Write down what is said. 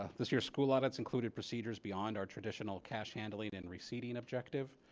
this year school audits included procedures beyond our traditional cash handling and receiving objective.